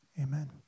amen